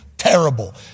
terrible